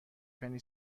پنی